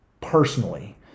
personally